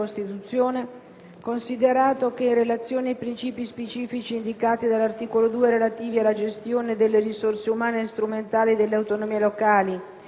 considerato che in relazione ai principi specifici indicati all'articolo 2 relativi alla gestione delle risorse umane e strumentali delle autonomie locali si fa